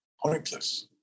pointless